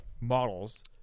models